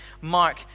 mark